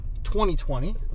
2020